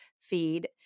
feed